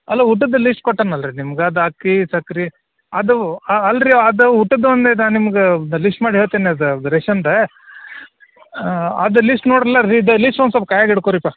ಅಲ್ಲ ಉದ್ದದ್ದೇ ಲಿಸ್ಟ್ ಕೊಟ್ಟಾನಲ್ಲ ರೀ ನಿಮ್ಗೆ ಅದು ಅಕ್ಕಿ ಸಕ್ರೆ ಅದು ಆ ಅಲ್ಲರೀ ಅದು ಊಟದ್ದು ಅಂದೇ ನಾ ನಿಮ್ಗೆ ಲಿಸ್ಟ್ ಮಾಡಿ ಹೇಳ್ತೇನೆ ಅದು ರೇಶನ್ದು ಅದು ಲಿಸ್ಟ್ ನೋಡಿರಲ್ಲ ಲಿಸ್ಟ್ ನೋಡಿ ಸ್ವಲ್ಪ ಕೈಯಾಗೆ ಹಿಡ್ಕೊರಿಪ